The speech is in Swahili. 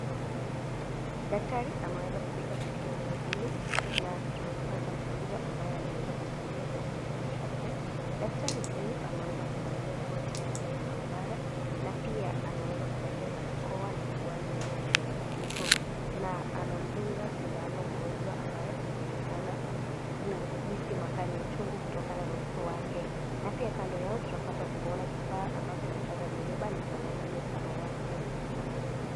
Daktari ameweza kufika katika eneo hili na tunampata mgonjwa ambaye ameweza kukalia katika kiti chake, daktari huyu ameweza kuvalia koti yake ya mahabara na pia ameweza kuvalia barakoa na suruali ya kijivu, na anamdunga mgonjwa sindano ambaye anaonekana kuhisi makali ya uchungu kutokana na uso wake, na pia kando yake tunaweza kuona kifaa ambacho daktari amebeba ni cha rangi ya zamawati.